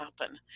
happen